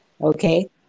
okay